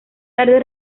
tarde